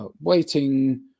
waiting